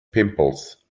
pimples